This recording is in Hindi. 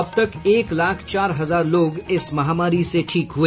अब तक एक लाख चार हजार लोग इस महामारी से ठीक हुए